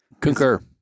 Concur